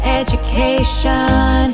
education